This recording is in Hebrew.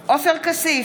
כסיף,